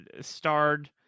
starred